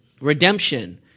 Redemption